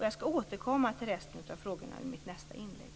Jag skall återkomma till resten av frågorna i mitt nästa inlägg.